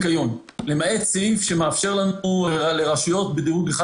למעט סעיף שמשאפשר לנו לרשויות בדירוג 1